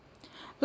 last